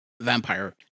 vampire